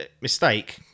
Mistake